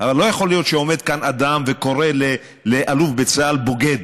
אבל לא יכול להיות שעומד כאן אדם וקורא לאלוף בצה"ל "בוגד".